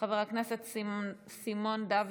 חבר הכנסת סימון דוידסון,